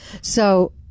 So-